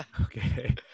Okay